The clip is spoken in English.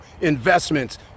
investments